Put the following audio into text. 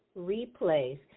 replays